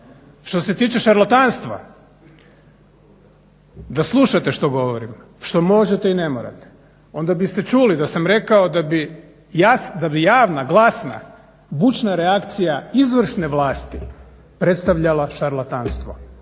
Što se tiče šarlatanstva, da slušate što govorim, što možete i ne morate, onda biste čuli da sam rekao da bi javna, glasna, bučna reakcija izvršne vlasti predstavljala šarlatanstvo.